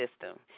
system